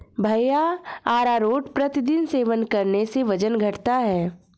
भैया अरारोट प्रतिदिन सेवन करने से वजन घटता है